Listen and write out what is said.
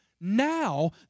now